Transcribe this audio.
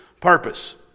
purpose